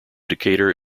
decatur